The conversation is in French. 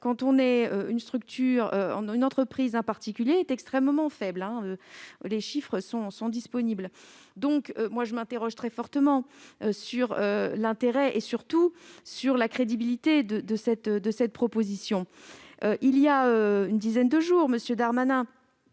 quand on est une structure, une entreprise, un particulier est extrêmement faible. Les chiffres sont disponibles. Aussi, je m'interroge très fortement sur l'intérêt et, surtout, sur la crédibilité de cette proposition. Voilà une dizaine de jours, M. Darmanin